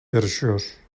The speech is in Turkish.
yarışıyor